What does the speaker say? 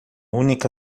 única